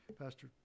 Pastor